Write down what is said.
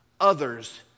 Others